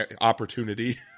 opportunity